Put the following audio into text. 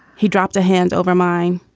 he dropped a hand over mine.